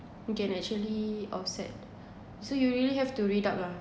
you can actually offset so you really have to read up lah